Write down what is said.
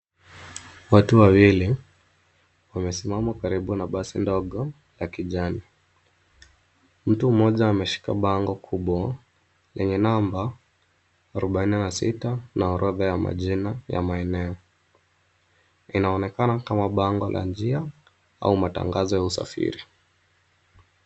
Watu wawili wamesima karibu na basi ndogo la kijani, mtu moja ameshika bango kubwa lenye namba arubaini na sita, na orodha ya majina na maeneo, inaonekana kama bango la njia ama matangazo ya usafiri.